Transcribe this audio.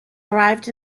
arrived